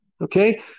Okay